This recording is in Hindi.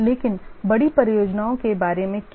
लेकिन बड़ी परियोजनाओं के बारे में क्या